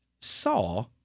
saw